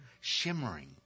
Shimmering